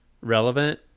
relevant